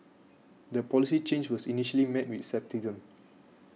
the policy change was initially met with scepticism